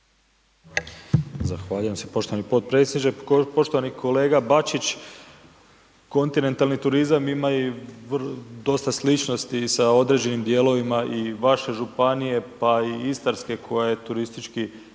Zahvaljujem se poštovani potpredsjedniče. Poštovani kolega Bačić, kontinentalni turizam ima i dosta sličnosti sa određenim dijelovima i vaše županije, pa i istarske koja je turistički